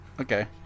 Okay